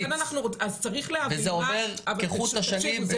וזה עובר כחוט השני.